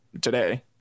today